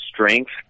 strength